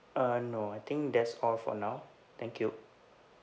uh no I think that's all for now thank you